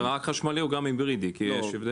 רק החשמלי או גם ההיברידי, יש הבדל.